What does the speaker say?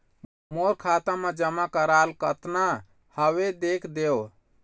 मोर खाता मा जमा कराल कतना हवे देख देव?